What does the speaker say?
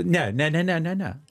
ne ne ne ne ne ne